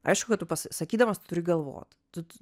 aišku kad tu pas sakydamas tu turi galvot tu tu